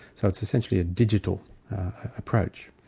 so it's essentially a digital approach.